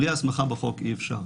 בלי הסמכה בחוק אי-אפשר.